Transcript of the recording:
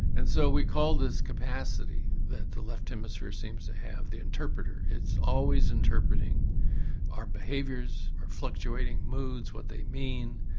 and so we call this capacity that the left hemisphere seems to have, the interpreter, it's always interpreting our behaviours, our fluctuating moods, what they mean.